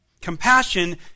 Compassion